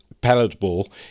palatable